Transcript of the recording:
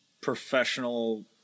professional